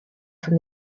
from